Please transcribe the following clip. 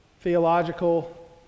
theological